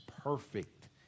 perfect